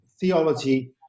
theology